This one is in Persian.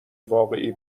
واقعی